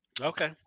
Okay